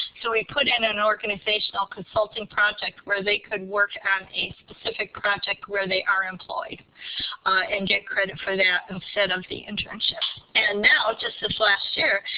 so we put in an organizational consulting project where they could work out a specific project where they are employed and get credit for that instead of the internship. and now, just this last year,